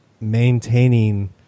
maintaining